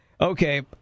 Okay